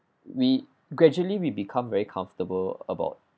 we gradually we become very comfortable about